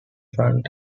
font